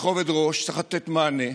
בכובד ראש וצריך לתת מענה.